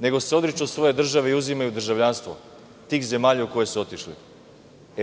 nego se odriču svoje države i uzimaju državljanstvo tih zemalja u koje su otišli.